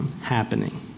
happening